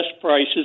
prices